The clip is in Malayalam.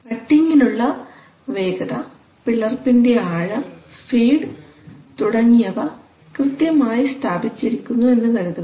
കട്ടിങിനുള്ള വേഗത പിളർപ്പിനെ ആഴം ഫീഡ് തുടങ്ങിയവ കൃത്യമായി സ്ഥാപിച്ചിരിക്കുന്നു എന്നു കരുതുക